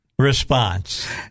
response